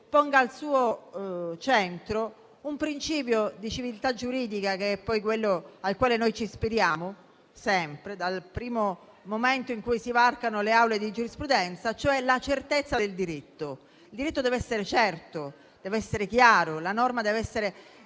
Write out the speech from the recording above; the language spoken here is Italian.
ponga al suo centro un principio di civiltà giuridica, che è poi quello al quale noi ci ispiriamo sempre, dal primo momento in cui si varcano le aule di giurisprudenza, e cioè la certezza del diritto. Il diritto deve essere certo, deve essere chiaro. La norma deve essere